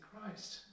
Christ